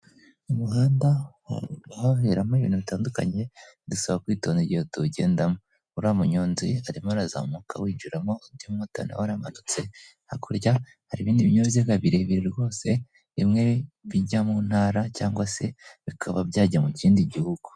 Umuhanda uhaviramo ibintu bitandukanye dusaba kwitonda igihe tuwugendamo, uriya munyonzi arimo arazamuka awinjiramo, undi mu motari nawe aramanutse, hakurya hari ibindi binyabiziga birebire rwose, bimwe bijya mu Ntara cyangwa se bikaba byajya mu kindi gihugu.